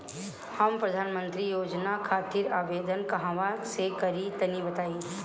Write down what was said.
हम प्रधनमंत्री योजना खातिर आवेदन कहवा से करि तनि बताईं?